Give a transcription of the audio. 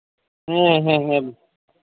ᱦᱮᱸ ᱦᱮᱸ